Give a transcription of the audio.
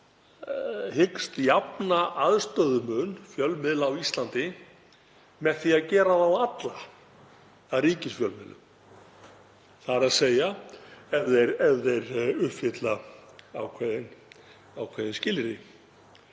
hyggst jafna aðstöðumun fjölmiðla á Íslandi með því að gera þá alla að ríkisfjölmiðlum, þ.e. ef þeir uppfylla ákveðin skilyrði.